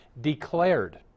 declared